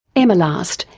emma last,